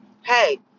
hey